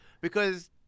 Because-